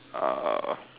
uh